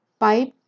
Pipe